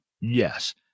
Yes